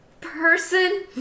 person